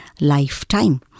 lifetime